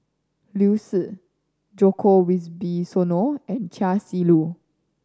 Liu Si Djoko Wibisono and Chia Shi Lu